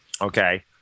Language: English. okay